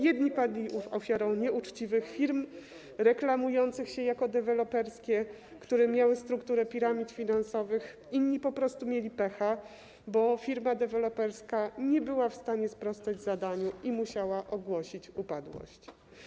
Jedni padli ofiarą nieuczciwych firm reklamujących się jako deweloperskie, które miały strukturę piramid finansowych, inni po prostu mieli pecha, bo firma deweloperska nie była w stanie sprostać zadaniu i musiała ogłosić upadłość.